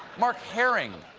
mark herring.